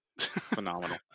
Phenomenal